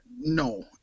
No